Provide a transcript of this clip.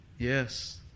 Yes